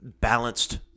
balanced